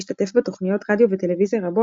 השתתף בתוכניות רדיו וטלוויזיה רבות